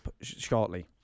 shortly